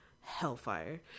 hellfire